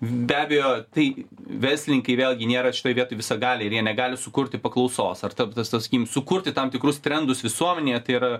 be abejo tai verslininkai vėlgi nėra šitoj viet visagaliai ir jie negali sukurti paklausos ar tapti taip sakykim sukurti tam tikrus trendus visuomenėje tai yra